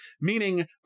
Meaning